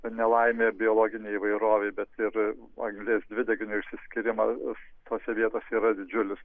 nelaimė biologinei įvairovei bet ir anglies dvideginio išsiskyrimas tose vietose yra didžiulis